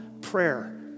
Prayer